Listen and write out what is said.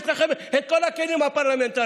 יש לכם את כל הכלים הפרלמנטריים,